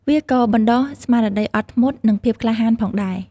វាក៏បណ្តុះស្មារតីអត់ធ្មត់និងភាពក្លាហានផងដែរ។